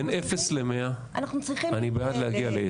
בין אפס ל-100 אני בעד להגיע לעשר.